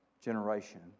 generation